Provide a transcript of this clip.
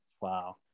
Wow